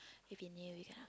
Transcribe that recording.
if you knew it ah